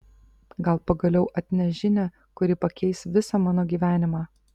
gal pagaliau atneš žinią kuri pakeis visą mano gyvenimą